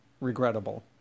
regrettable